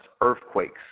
earthquakes